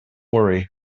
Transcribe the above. worry